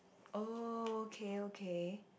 oh okay okay